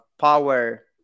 power